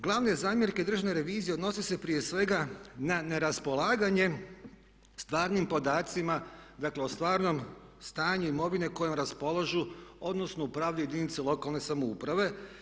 Glavne zamjerke Državne revizije odnose se prije svega na neraspolaganje stvarnim podacima, dakle o stvarnom stanju imovine kojom raspolažu odnosno upravljaju jedinice lokalne samouprave.